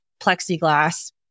plexiglass